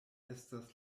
estas